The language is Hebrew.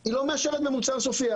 היא לא מאשרת במוצר סופי.